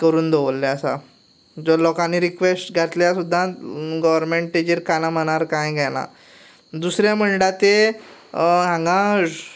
करून दवरलले आसा जर लोकांनी रिकवेस्ट घातल्यार सुद्दां गोवर्नमेंट ताजेर काना मनार कांय घेना दुसरें म्हणल्यरा तें हांगा